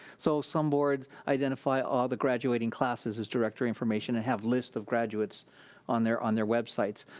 so, some boards identify all the graduating classes as directory information and have lists of graduates on their on their websites.